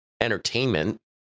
entertainment